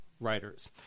writers